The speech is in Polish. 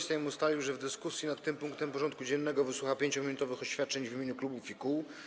Sejm ustalił, że w dyskusji nad tym punktem porządku dziennego wysłucha 5-minutowych oświadczeń w imieniu klubów i kół.